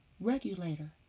regulator